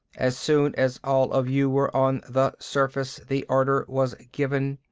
as soon as all of you were on the surface, the order was given.